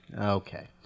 Okay